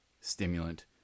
stimulant